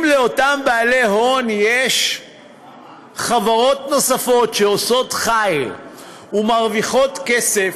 אם לאותם בעלי הון יש חברות נוספות שעושות חיל ומרוויחות כסף,